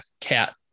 cat